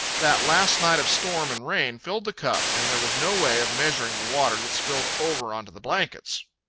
that last night of storm and rain filled the cup, and there was no way of measuring the water that spilled over into the blankets.